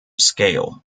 scale